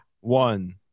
one